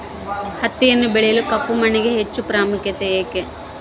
ಹತ್ತಿಯನ್ನು ಬೆಳೆಯಲು ಕಪ್ಪು ಮಣ್ಣಿಗೆ ಹೆಚ್ಚು ಪ್ರಾಮುಖ್ಯತೆ ಏಕೆ?